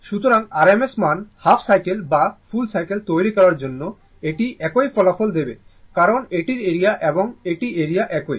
সুতরাং RMS মান half cycle বা ফুল সাইকেল তৈরি করার জন্য এটি একই ফলাফল দেবে কারণ এটির এরিয়া এবং এর এরিয়া একই